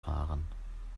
fahren